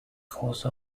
cause